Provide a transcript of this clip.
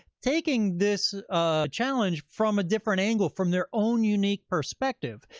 taking this challenge from a different angle, from their own unique perspective.